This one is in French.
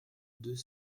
deux